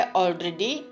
already